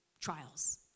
trials